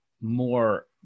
more